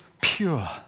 pure